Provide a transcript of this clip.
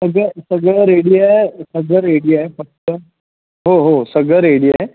सगळं सगळं रेडी आहे सगळं रेडी आहे फक्त हो हो सगळं रेडी आहे